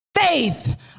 faith